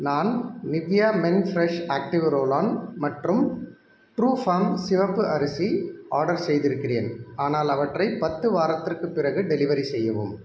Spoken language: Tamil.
நான் Nivea men fresh active roll on மற்றும் ட்ரூ ஃபாம்ஸ் சிவப்பு அரிசி ஆடர் செய்திருக்கிறேன் ஆனால் அவற்றை பத்து வாரத்திற்கு பிறகு டெலிவரி செய்யவும்